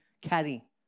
carry